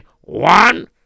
one